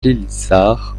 pélissard